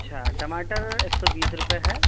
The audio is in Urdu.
اچھا ٹماٹر ایک سو بیس روپئے ہے